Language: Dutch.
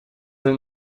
hun